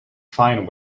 fine